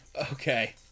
Okay